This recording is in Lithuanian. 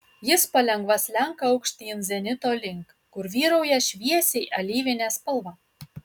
jis palengva slenka aukštyn zenito link kur vyrauja šviesiai alyvinė spalva